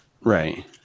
Right